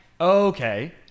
Okay